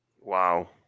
Wow